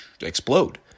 explode